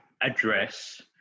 address